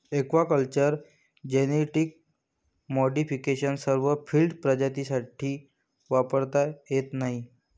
aquaculture genetic modification सर्व field प्रजातींसाठी वापरता येत नाही